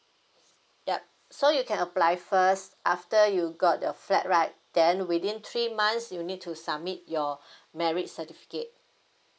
yup so you can apply first after you got the flat right then within three months you need to submit your marriage certificate